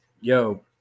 yo